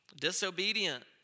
disobedient